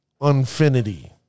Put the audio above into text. infinity